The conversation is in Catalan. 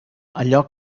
allò